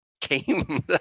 came